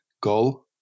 goal